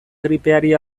gripeari